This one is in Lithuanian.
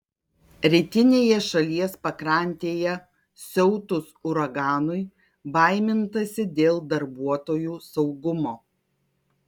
rytinėje šalies pakrantėje siautus uraganui baimintasi dėl darbuotojų saugumo